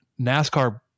NASCAR